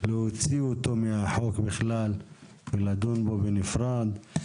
להוציא אותו בכלל מהחוק ולדון בו בנפרד.